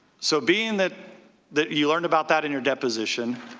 so being that that you learned about that in your deposition,